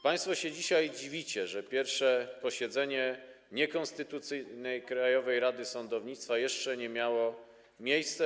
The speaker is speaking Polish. Państwo się dzisiaj dziwicie, że pierwsze posiedzenie niekonstytucyjnej Krajowej Rady Sądownictwa nie miało miejsca.